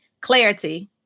Clarity